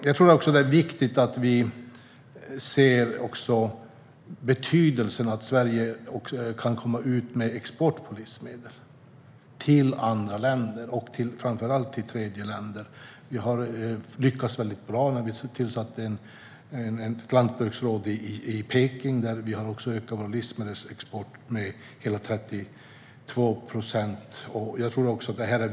Det är också viktigt att vi ser betydelsen av att Sverige kan ha export av livsmedel, framför allt till tredjeländer. Vi har lyckats bra; vi har sett till att vi har ett lantbruksråd i Peking. Vi har också ökat vår livsmedelsexport dit med hela 32 procent.